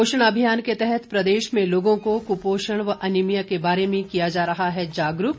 पोषण अभियान के तहत प्रदेश में लोगों को कुपोषण व अनीमिया के बारे में किया जा रहा है जागरूक